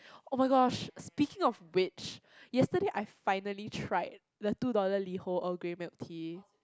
oh-my-gosh speaking of which yesterday I finally tried the two dollar Liho Earl Grey milk tea